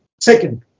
second